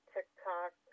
TikTok